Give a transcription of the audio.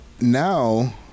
now